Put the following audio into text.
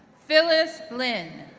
phyllis lin,